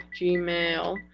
Gmail